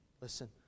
Listen